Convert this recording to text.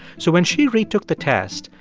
so when she retook the test,